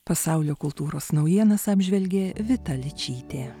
pasaulio kultūros naujienas apžvelgė vita ličytė